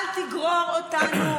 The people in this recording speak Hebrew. אל תגרור אותנו